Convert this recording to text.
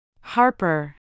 Harper